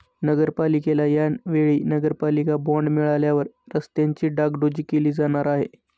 नगरपालिकेला या वेळी नगरपालिका बॉंड मिळाल्यावर रस्त्यांची डागडुजी केली जाणार आहे